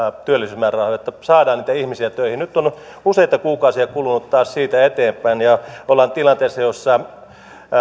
työllisyysmäärärahoja jotta saadaan niitä ihmisiä töihin nyt on useita kuukausia kulunut taas siitä eteenpäin ja ollaan tilanteessa jossa